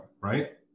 right